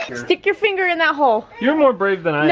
stick your finger in that hole you're more brave than